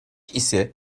ise